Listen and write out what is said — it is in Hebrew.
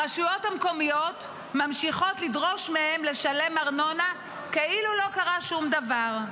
הרשויות המקומיות ממשיכות לדרוש מהם לשלם ארנונה כאילו לא קרה שום דבר.